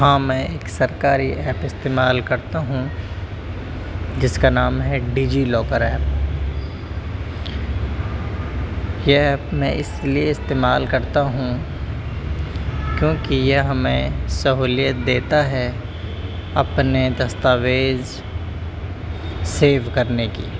ہاں میں ایک سرکاری ایپ استعمال کرتا ہوں جس کا نام ہے ڈیجی لاکر ایپ یہ ایپ میں اس لیے استعمال کرتا ہوں کیونکہ یہ ہمیں سہولیت دیتا ہے اپنے دستاویز سیو کرنے کی